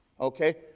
Okay